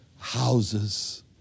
houses